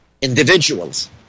individuals